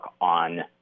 on